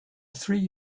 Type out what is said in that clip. three